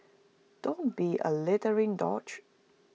don't be A littering douche